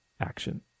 action